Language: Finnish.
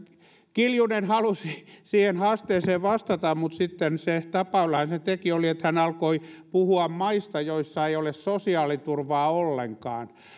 kiljunen halusi siihen haasteeseen vastata mutta se tapa jolla hän sen teki oli se että hän alkoi puhua maista joissa ei ole sosiaaliturvaa ollenkaan